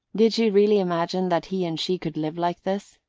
did she really imagine that he and she could live like this?